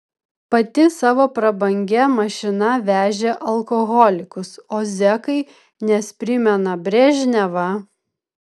pati savo prabangia mašina vežė alkoholikus o zekai nes primena brežnevą